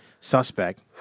suspect